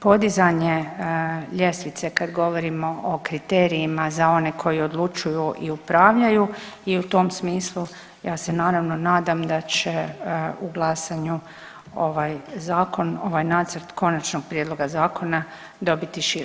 podizanje ljestvice kad govorimo o kriterijima za one koji odlučuju i upravljaju i u tom smislu ja se naravno nadam da će u glasanju ovaj zakon, ovaj nacrt konačnog prijedloga zakona dobiti široku potporu.